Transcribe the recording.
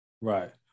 Right